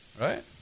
Right